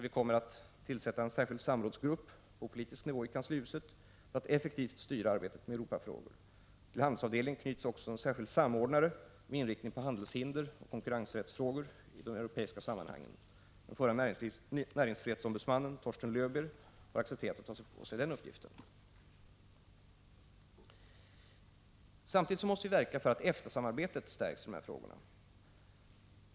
Vi kommer att tillsätta en särskild samrådsgrupp på politisk nivå i kanslihuset för att effektivt styra arbetet med Europafrågor. Till handelsavdelningen knyts också en särskild samordnare med inriktning på handelshinder och konkurrensrättsfrågor i de europeiska sammanhangen. Förre näringsfrihetsombudsmannen Torsten Löwbeer har accepterat att ta på sig den uppgiften. Samtidigt måste vi verka för att EFTA-samarbetet stärks i de här frågorna.